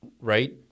right